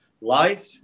Life